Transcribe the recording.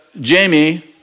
Jamie